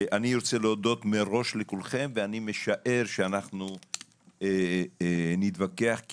אני רוצה להודות מראש לכולכם ואני משער שנתווכח כי